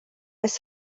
jest